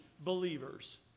believers